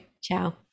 Ciao